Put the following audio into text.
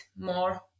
more